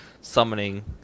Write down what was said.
summoning